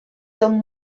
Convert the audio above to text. son